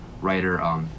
writer